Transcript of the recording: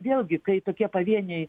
vėlgi kai tokie pavieniai